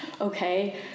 Okay